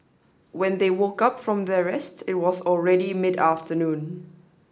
when they woke up from their rest it was already mid afternoon